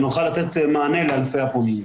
שנוכל לתת מענה לאלפי הפונים.